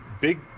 big